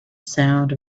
sound